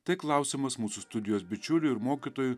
tai klausimas mūsų studijos bičiuliui ir mokytojui